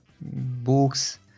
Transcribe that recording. books